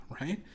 right